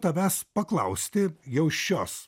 tavęs paklausti jau šios